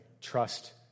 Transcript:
Trust